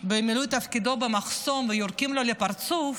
במילוי תפקידו במחסום ויורקים לו לפרצוף,